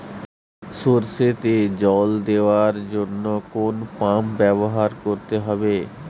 সরষেতে জল দেওয়ার জন্য কোন পাম্প ব্যবহার করতে হবে?